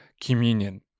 Communion